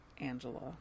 Angela